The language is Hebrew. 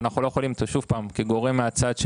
וכגורם מהצד,